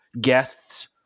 guests